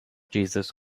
jesus